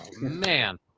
man